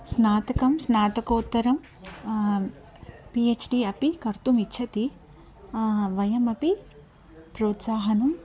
स्नातकं स्नातकोत्तरं P H D अपि कर्तुमिच्छति वयमपि प्रोत्साहनम्